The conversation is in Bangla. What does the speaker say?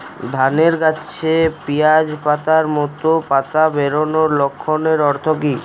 ধানের গাছে পিয়াজ পাতার মতো পাতা বেরোনোর লক্ষণের অর্থ কী?